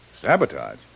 Sabotage